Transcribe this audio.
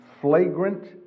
flagrant